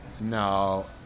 No